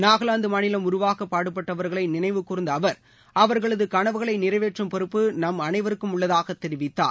நாகலாந்து மாநிலம் உருவாக பாடுபட்டவர்களை நினைவு கூர்ந்த அவர் அவர்களது கனவுகளை நிறைவேற்றும் பொறுப்பு நாம் அனைவருக்கும் உள்ளதாக தெரிவித்தார்